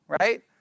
Right